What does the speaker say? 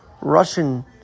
Russian